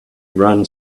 run